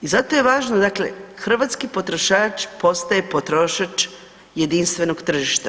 I zato je važno, dakle hrvatski potrošač postaje potrošač jedinstvenog tržišta.